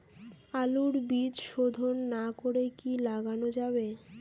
আলুর বীজ শোধন না করে কি লাগানো যাবে?